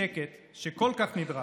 שקט שכל כך נדרש.